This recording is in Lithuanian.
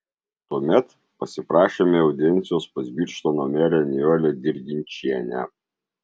tuomet pasiprašėme audiencijos pas birštono merę nijolę dirginčienę